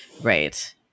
right